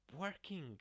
working